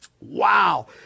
wow